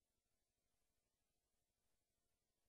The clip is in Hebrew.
יש